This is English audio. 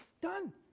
done